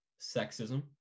sexism